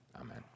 amen